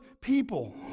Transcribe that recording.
people